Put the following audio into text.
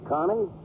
Connie